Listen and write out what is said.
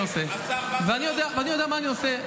ואני יודע מה אני עושה.